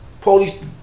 police